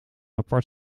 apart